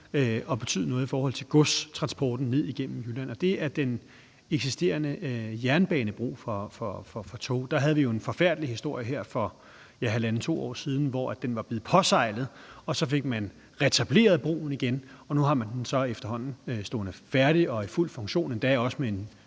at betyde noget i forhold til godstransporten ned igennem Jylland, og det er den eksisterende jernbanebro for tog. Der havde vi jo en forfærdelig historie her for 1½-2 år siden, hvor den var blevet påsejlet, og hvor man så fik retableret broen, og nu står den efterhånden færdig og er i fuld funktion, endda også med en